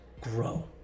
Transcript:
grow